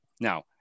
Now